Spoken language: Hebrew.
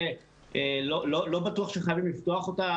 אני לא בטוח שחייבים לפתוח אותה.